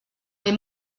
les